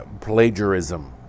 plagiarism